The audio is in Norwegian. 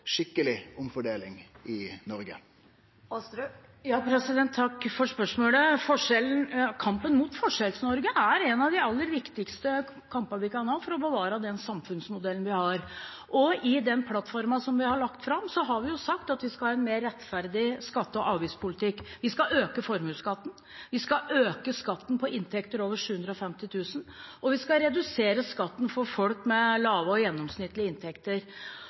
omfordeling i Noreg? Kan representanten Aasrud forklare det? Takk for spørsmålet. Kampen mot Forskjells-Norge er en av de aller viktigste kampene vi kan ta for å bevare den samfunnsmodellen vi har, og i plattformen vi har lagt fram, har vi sagt at vi skal ha en mer rettferdig skatte- og avgiftspolitikk. Vi skal øke formuesskatten, vi skal øke skatten på inntekter over 750 000 kr, og vi skal redusere skatten for folk med lave og gjennomsnittlige inntekter.